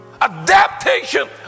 adaptation